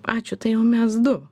ačiū tai jau mes du